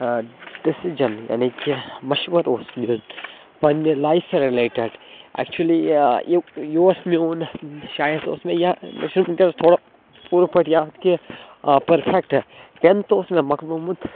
decision یعنی کہِ مَشوَرٕ اوس نیُن پنٛنہِ لایفہِ رِلیٹِڈ اکچُلی یا یہِ یہِ اوس میون شاید اوس مےٚ یہ مےٚ چھُنہٕ وٕنۍکٮ۪س تھوڑا پوٗرٕ پٲٹھۍ یاد کیٚنٛہہ پٔرفٮ۪کٹ ٹٮ۪نتھٕ اوس مےٚ مۄکلومُت